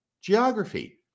geography